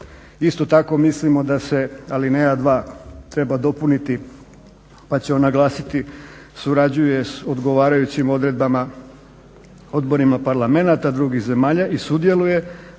Isto tako mislimo da se alineja 2. treba dopuniti pa će ona glasiti: "Surađuje s odgovarajućim odredbama odborima parlamenata drugih zemalja i sudjeluje